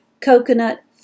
coconut